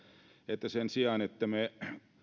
että sen sijaan että me